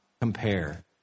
compare